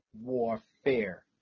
warfare